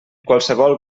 qualsevol